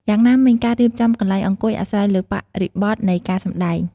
យ៉ាងណាមិញ ការរៀបចំកន្លែងអង្គុយអាស្រ័យលើបរិបទនៃការសម្តែង។